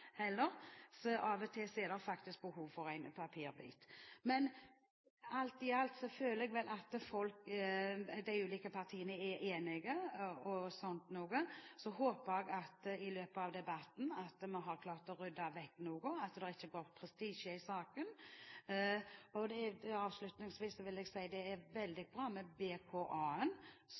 eller trykte opplysninger. Alle bruker faktisk ikke Internett i dag heller, så av og til er det behov for en papirbit. Alt i alt føler jeg vel at de ulike partiene er enige, og så håper jeg at vi i løpet av debatten har klart å rydde vekk noe, og at det ikke går prestisje i saken. Avslutningsvis vil jeg si at det er veldig bra med